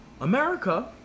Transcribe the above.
America